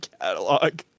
catalog